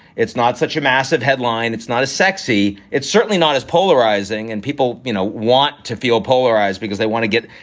it's not such a massive headline. it's not a sexy. it's certainly not as polarizing. and people, you know, want to feel polarized because they want to get,